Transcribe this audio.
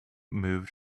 moved